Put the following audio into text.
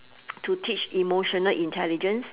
to teach emotional intelligence